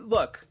Look